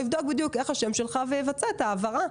הכסף ואבדוק בדיוק את השם ואבצע את ההעברה.